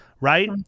right